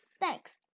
Thanks